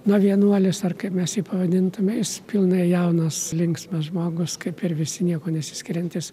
na vienuolis ar kaip mes jį pavadintume jis pilnai jaunas linksmas žmogus kaip ir visi niekuo nesiskiriantis